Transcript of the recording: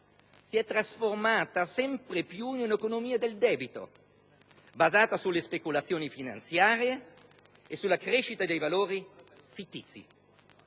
si è trasformata sempre più in un'economia del debito, basata sulle speculazioni finanziarie e sulla crescita dei valori fittizi.